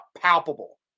palpable